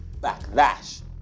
backlash